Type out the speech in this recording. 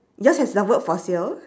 yours have the word for sale